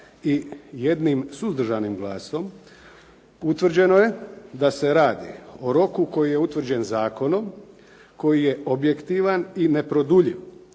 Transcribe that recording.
i 1 suzdržanim glasom utvrđeno je da se radi o roku koji je utvrđen zakonom, koji je objektivan i neproduljiv,